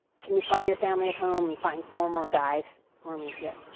can you call your family at home and find four more guys for me here?